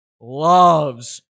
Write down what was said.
loves